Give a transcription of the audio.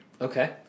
Okay